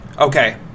Okay